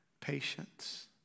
patience